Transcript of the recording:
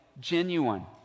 genuine